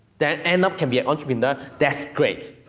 then end up can be entrepreneur, that's great.